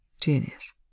Genius